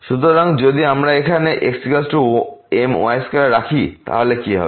সুতরাং যদি আমরা এখানে x my2 রাখি তাহলে কি হবে